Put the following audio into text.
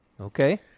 okay